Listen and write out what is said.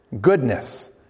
goodness